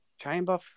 Chamber